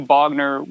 Bogner